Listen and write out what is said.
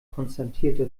konstatierte